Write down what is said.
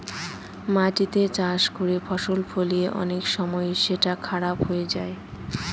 মাটিতে চাষ করে ফসল ফলিয়ে অনেক সময় সেটা খারাপ হয়ে যায়